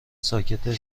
ساکته